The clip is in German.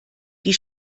die